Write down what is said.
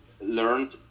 learned